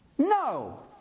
No